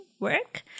work